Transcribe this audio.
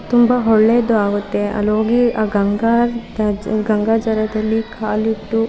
ತುಂಬ ಒಳ್ಳೆಯದು ಆಗುತ್ತೆ ಅಲ್ಲಿ ಹೋಗಿ ಆ ಗಂಗಾ ಗಂಗಾ ಜಲದಲ್ಲಿ ಕಾಲಿಟ್ಟು